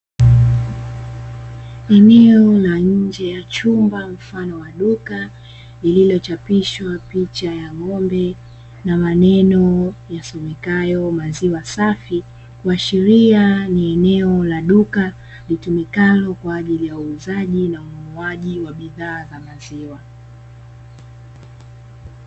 Eneo la nje ya chumba mfano wa duka lililochapishwa picha ya ng'ombe na maneno yasomekayo maziwa safi, kuashiria ni eneo la duka litumikalo kwa ajili ya uuzaji na ununuaji wa bidhaa za maziwa.